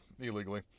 illegally